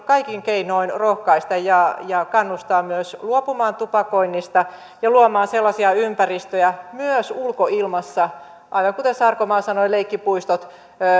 kaikin keinoin rohkaista pitää kannustaa myös luopumaan tupakoinnista ja luoda savuttomia ympäristöjä myös ulkoilmassa aivan kuten sarkomaa sanoi leikkipuistoihin